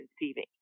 conceiving